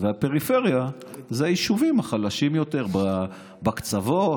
והפריפריה היא היישובים החלשים יותר בקצוות,